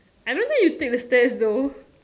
I don't think you take the stairs though